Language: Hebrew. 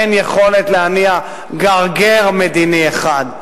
אין יכולת להניע גרגר מדיני אחד,